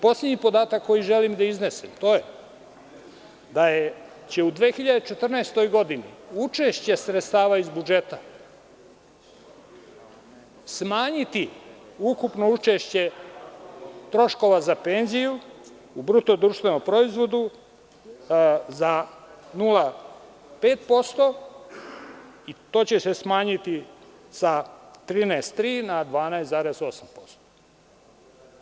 Poslednji podatak koji želim da iznesem to je, da će u 2014. godini učešće sredstava iz budžeta smanjiti ukupno učešće troškova za penziju u BDP za 0,5% i to će se smanjiti sa 13,3 na 12,8%